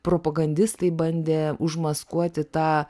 propagandistai bandė užmaskuoti tą